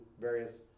various